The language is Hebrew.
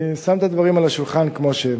אני שם את הדברים על השולחן כמו שהם.